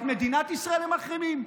את מדינת ישראל הם מחרימים?